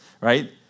right